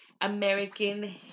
American